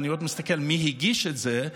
ואני עוד מסתכל מי הגיש את זה,